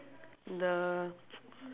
the